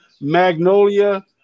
Magnolia